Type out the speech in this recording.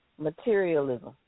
Materialism